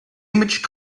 image